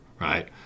right